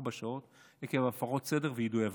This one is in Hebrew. ארבע שעות עקב הפרות סדר ויידוי אבנים.